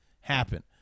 happen